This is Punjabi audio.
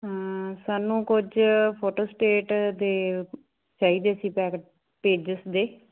ਹਾਂ ਸਾਨੂੰ ਕੁਝ ਫੋਟੋਸਟੇਟ ਦੇ ਚਾਹੀਦੇ ਸੀ ਪੈਕਟ ਪੇਜਸ ਦੇ